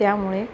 त्यामुळे